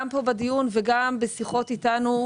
גם פה בדיון וגם בשיחות איתנו,